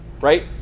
right